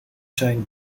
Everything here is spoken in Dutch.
zijn